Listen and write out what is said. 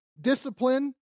discipline